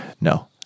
No